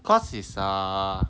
cause he's a